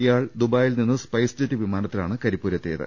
ഇയാൾ ദുബായിൽ നിന്ന് സ്പൈസ് ജെറ്റ് പ്രിമാനത്തിലാണ് കരിപ്പൂരെത്തി യത്